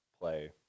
play